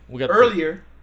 Earlier